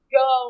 go